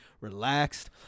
Relaxed